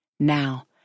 Now